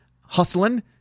hustling